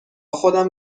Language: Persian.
خودم